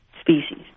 species